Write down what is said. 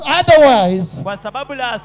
otherwise